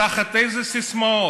תחת אילו סיסמאות?